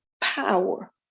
power